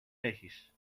έχεις